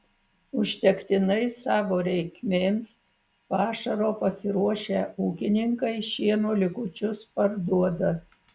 užtektinai savo reikmėms pašaro pasiruošę ūkininkai šieno likučius parduoda